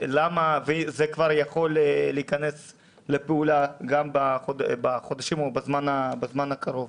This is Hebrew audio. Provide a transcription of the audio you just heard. זה כבר יכול להיכנס לפעולה בזמן הקרוב.